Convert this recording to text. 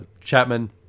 Chapman